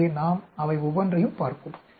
எனவே நாம் அவை ஒவ்வொன்றையும் பார்ப்போம்